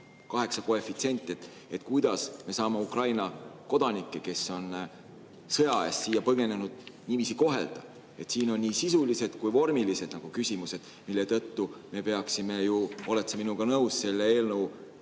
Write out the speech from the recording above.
seesama koefitsient 0,8. Kuidas me saame Ukraina kodanikke, kes on sõja eest siia põgenenud, niiviisi kohelda? Siin on nii sisulised kui ka vormilised küsimused, mille tõttu me peaksime ju – oled sa minuga nõus? – selle eelnõu